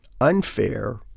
unfair